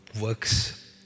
works